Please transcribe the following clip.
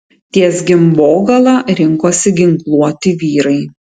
ties gimbogala rinkosi ginkluoti vyrai